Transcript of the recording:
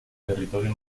territorio